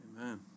Amen